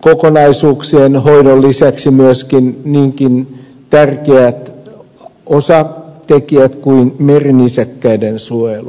kokonaisuuksien hoidon lisäksi myöskin niinkin tärkeä osatekijä kuin merinisäkkäiden suojelu